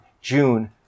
June